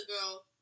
girl